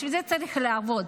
בשביל זה צריך לעבוד,